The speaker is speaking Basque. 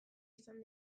izan